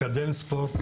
מקדם ספורט,